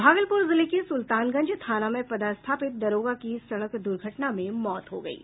भागलपुर जिले के सुल्तानगंज थाना में पदस्थापित दारोगा की सड़क दुर्घटना में मौत हो गयी